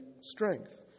strength